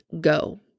go